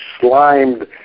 slimed